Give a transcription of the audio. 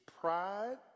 pride